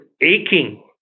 aching